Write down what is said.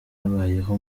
abayeho